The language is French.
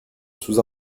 sous